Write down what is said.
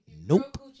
Nope